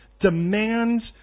demands